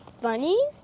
Bunnies